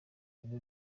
biba